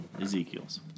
Ezekiel's